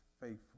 faithful